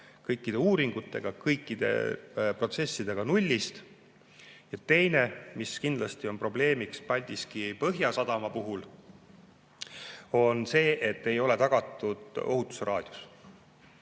kõikide uuringutega, kõikide protsessidega nullist. Ja teine, mis kindlasti on Paldiski Põhjasadama puhul probleem, on see, et seal ei ole tagatud ohutusraadiust.